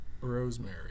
Rosemary